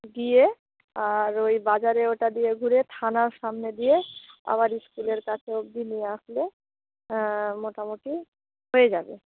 গিয়ে আর ওই বাজারে ওটা দিয়ে ঘুরে থানার সামনে দিয়ে আবার স্কুলের কাছে অব্দি নিয়ে আসলে মোটামোটি হয়ে যাবে